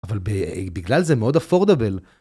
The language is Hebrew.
אבל בגלל זה מאוד אפורדבל.